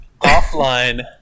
offline